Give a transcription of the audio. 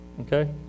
okay